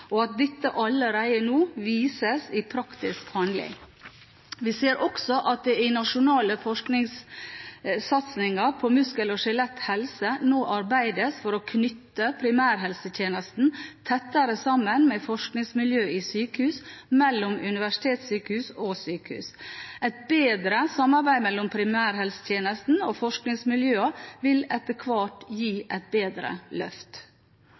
og at dette allerede nå vises i praktisk handling. Vi ser også at det i den nasjonale forskningssatsingen på muskel- og skjeletthelse nå arbeides for å knytte primærhelsetjenesten tettere sammen med forskningsmiljø i sykehus, og mellom universiteter og sykehus. Et bedre samarbeid mellom primærhelsetjenesten og forskningsmiljøene vil etter hvert gi et bedre løft.